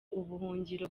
ubuhungiro